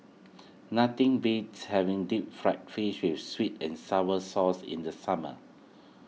nothing beats having Deep Fried Fish with Sweet and Sour Sauce in the summer